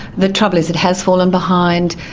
the trouble is it has fallen behind.